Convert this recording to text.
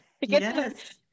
yes